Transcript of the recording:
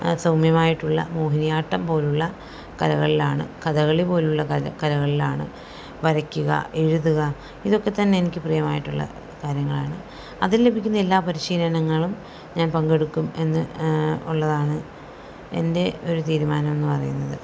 സൗമ്യമായിട്ടുള്ള മോഹിനിയാട്ടം പോലുള്ള കലകളിലാണ് കഥകളിപോലുള്ള കലകളിലാണ് വരയ്ക്കുക എഴുതുക ഇതൊക്കെത്തന്നെ എനിക്ക് പ്രിയമായിട്ടുള്ള കാര്യങ്ങളാണ് അതിൽ ലഭിക്കുന്ന എല്ലാ പരിശീലനങ്ങളും ഞാൻ പങ്കെടുക്കും എന്ന് ഉള്ളതാണ് എൻ്റെ ഒരു തീരുമാനം എന്നു പറയുന്നത്